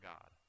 God